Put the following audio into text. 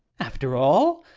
after all!